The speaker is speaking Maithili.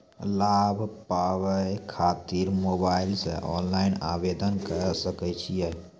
लाभ पाबय खातिर मोबाइल से ऑनलाइन आवेदन करें सकय छियै?